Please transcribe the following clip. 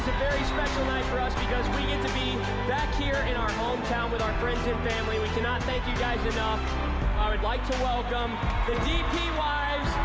very special night for us because we get to be back here in our with our friends and family. we cannot thank you guys enough. i would like to welcome the dp wives.